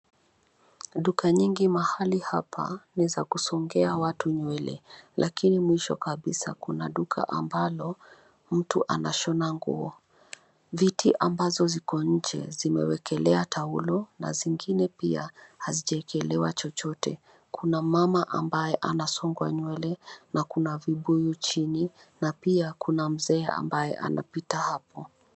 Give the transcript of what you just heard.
Duka nyingi mahali hapa ni za kusongea watu nywele lakini mwisho kabisa kuna duka ambalo mtu anashona nguo. Viti ambazo ziko nje zimewekelea taulo na zingine pia hazijawekelewa chochote. Kuna mama ambaye anasongwa nywele na kuna vibuyu chini na pia kuna mzee ambaye anapita hapo.